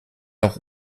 auch